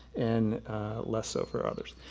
and less so for others.